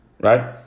right